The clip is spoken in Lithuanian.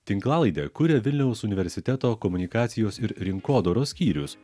tinklalaidę kuria vilniaus universiteto komunikacijos ir rinkodaros skyrius